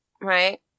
Right